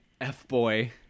F-boy